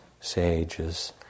sages